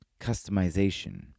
customization